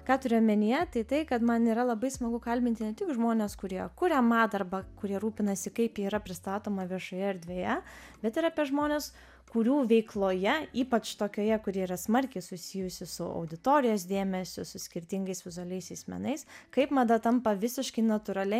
ką turiu omenyje tai tai kad man yra labai smagu kalbinti ne tik žmones kurie kuria madą arba kurie rūpinasi kaip ji yra pristatoma viešoje erdvėje bet ir apie žmones kurių veikloje ypač tokioje kuri yra smarkiai susijusi su auditorijos dėmesiu su skirtingais vizualiaisiais menais kaip mada tampa visiškai natūralia